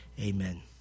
Amen